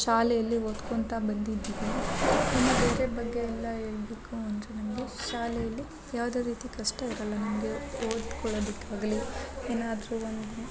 ಶಾಲೆಯಲ್ಲಿ ಓದ್ಕೊಂತ ಬಂದಿದ್ದೀವಿ ಬಗ್ಗೆ ಎಲ್ಲ ಹೇಳ್ಬೇಕು ಅಂದರೆ ನಮಗೆ ಶಾಲೆಯಲ್ಲಿ ಯಾವುದೇ ರೀತಿ ಕಷ್ಟ ಇರಲ್ಲ ನಮಗೆ ಓದ್ಕೊಳೊದಿಕ್ಕೆ ಆಗಲಿ ಏನಾದರೂ ಒನ್